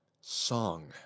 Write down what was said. song